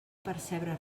percebre